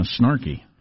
snarky